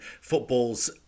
football's